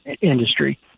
industry